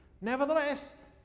Nevertheless